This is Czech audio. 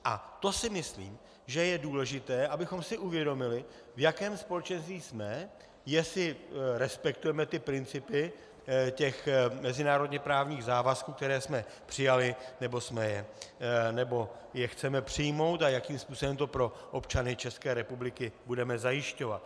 A to si myslím, že je důležité, abychom si uvědomili, v jakém společenství jsme, jestli respektujeme ty principy mezinárodněprávních závazků, které jsme přijali, nebo je chceme přijmout, a jakým způsobem to pro občany České republiky budeme zajišťovat.